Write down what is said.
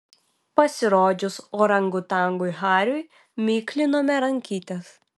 pasirodžius orangutangui hariui miklinome rankytes